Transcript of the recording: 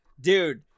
Dude